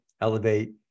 elevate